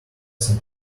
some